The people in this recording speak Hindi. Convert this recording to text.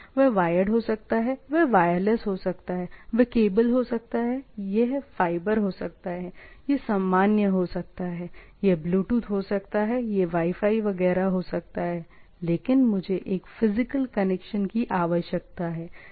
यह वायर्ड हो सकता है यह वायरलेस हो सकता है यह केबल हो सकता है यह फाइबर हो सकता है यह सामान्य हो सकता है यह ब्लूटूथ हो सकता है यह वाई फाई वगैरह हो सकता है लेकिन मुझे एक फिजिकल कनेक्शन की आवश्यकता है